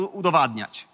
udowadniać